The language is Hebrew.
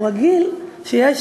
הוא רגיל שיש